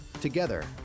Together